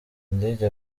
ndege